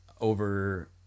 over